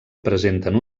presenten